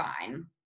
fine